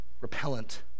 repellent